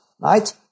right